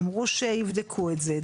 אמרו שיבדקו את זה,